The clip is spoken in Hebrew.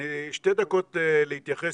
שתי דקות להתייחס,